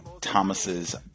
thomas's